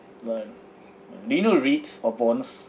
what do you know REITs or bonds